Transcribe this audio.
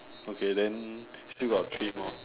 okay then still got three more